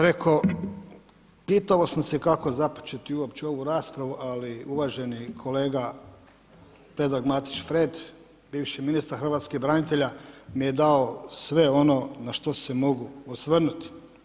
Reko, pitao sam se kako započeti uopće ovu raspravu, ali uvaženi kolega Predrag Matić Fred, bivši ministar hrvatskih branitelja mi je dao sve ono na što se mogu osvrnuti.